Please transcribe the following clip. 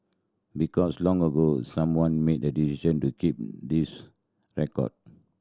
because long ago someone made the decision to keep these record